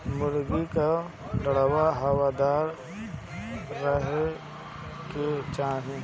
मुर्गी कअ दड़बा हवादार रहे के चाही